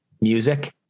music